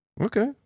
Okay